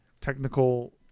technical